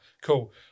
Cool